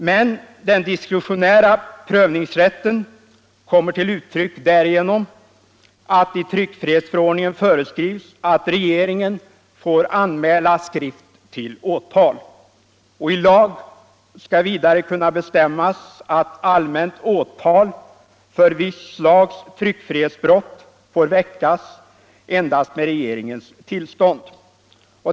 Men den diskretionära prövningsrätten kommer till uttryck därigenom att det i tryckfrihetsförordningen föreskrivs att regeringen får anmäla skrift till åtal. I lagen skall vidare kunna bestämmas att allmänt åtal för vissa slag av tryckfrihetsbrott får väckas endast med regeringens tillstånd.